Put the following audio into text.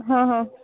હ હ